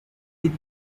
with